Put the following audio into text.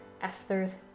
Esther's